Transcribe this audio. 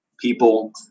people